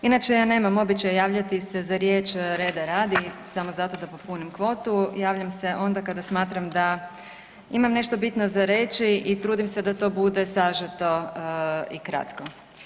Inače ja nemam običaj javljati se za riječ reda radi, samo zato da popunim kvotu, javljam se onda kada smatram da imam nešto bitno za reći i trudim se to da to bude sažeto i kratko.